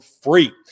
free